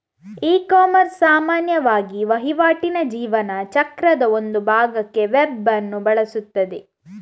ecommerce ಸಾಮಾನ್ಯವಾಗಿ ವಹಿವಾಟಿನ ಜೀವನ ಚಕ್ರದ ಒಂದು ಭಾಗಕ್ಕೆ ವೆಬ್ ಅನ್ನು ಬಳಸುತ್ತದೆ